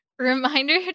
Reminder